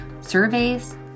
surveys